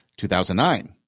2009